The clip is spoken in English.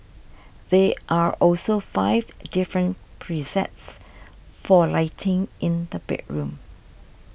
there are also five different presets for lighting in the bedroom